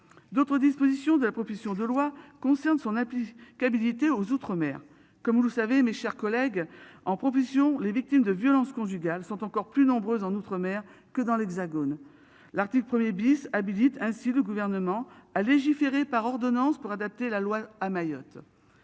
D'autres dispositions de la proposition de loi concerne son appui qu'habilités aux outre-mer comme vous le savez, mes chers collègues, en profession les victimes de violences conjugales sont encore plus nombreux en outre-mer que dans l'Hexagone. L'article 1er bis habilite ainsi le gouvernement à légiférer par ordonnances pour adapter la loi à Mayotte.